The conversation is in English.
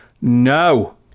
No